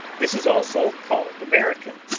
this is also called american,